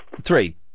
Three